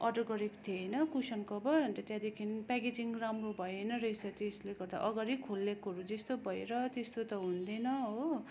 order गरेको थिएँ होइन कुसन कभर अन्त त्यहाँदेखि प्याकेजिङ राम्रो भएन रहेछ त्यसले गर्दा अगाडि खेलिएकोहरू जस्तो भयो र त्यस्तो त हुँदैन हो